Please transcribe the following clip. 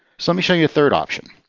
so let me show you a third option.